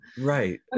Right